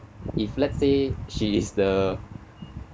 if let's say she is the